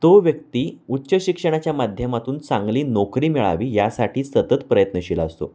तो व्यक्ती उच्च शिक्षणाच्या माध्यमातून चांगली नोकरी मिळावी यासाठी सतत प्रयत्नशील असतो